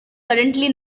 currently